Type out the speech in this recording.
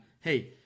hey